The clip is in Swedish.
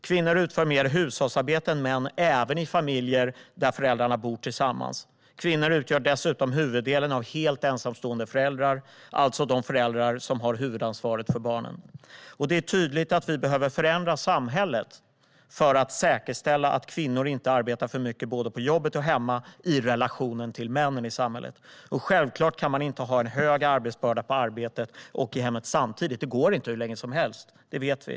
Kvinnor utför mer hushållsarbete än män även i familjer där föräldrarna bor tillsammans. Kvinnor utgör dessutom huvuddelen av helt ensamstående föräldrar, alltså de föräldrar som har huvudansvaret för barnen. Det är tydligt att vi behöver förändra samhället för att säkerställa att kvinnor inte arbetar för mycket både på jobbet och hemma i relation till männen i samhället. Självklart kan man inte ha en hög arbetsbörda på arbetet och i hemmet samtidigt. Det går inte hur länge som helst; det vet vi.